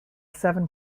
seven